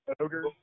Ogre